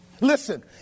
Listen